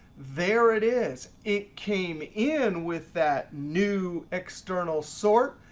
there it is. it came in with that new external sort,